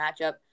matchup